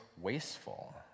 wasteful